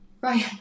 Ryan